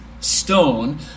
stone